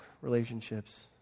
relationships